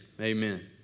Amen